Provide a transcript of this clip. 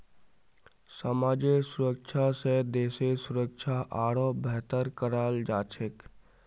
समाजेर सुरक्षा स देशेर सुरक्षा आरोह बेहतर कराल जा छेक